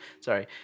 Sorry